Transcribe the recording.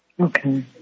Okay